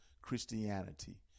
Christianity